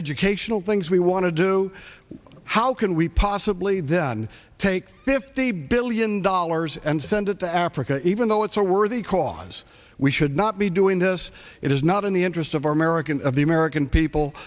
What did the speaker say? educational things we want to do how can we possibly then take fifty billion dollars and send it to africa even though it's a worthy cause we should not be doing this it is not in the interest of our american of the american people